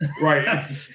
Right